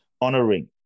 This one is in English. Honoring